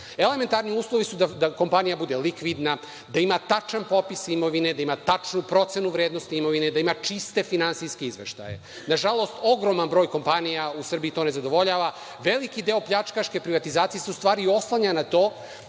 Elementarni uslovi su da kompanija bude likvidna, da ima tačan popis imovine, da ima tačnu procenu vrednosti imovine, da ima čiste finansijske izveštaje. Nažalost, ogroman broj kompanija u Srbiji to ne zadovoljava, veliki deo pljačkaške privatizacije se u stvari oslanja na to